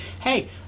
Hey